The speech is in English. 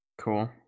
Cool